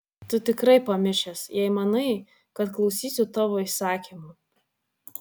tu tikrai pamišęs jei manai kad klausysiu tavo įsakymų